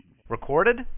Recorded